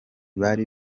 ari